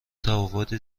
تفاوت